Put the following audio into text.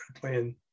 playing